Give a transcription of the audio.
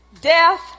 Death